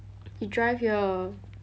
you drive here